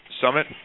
Summit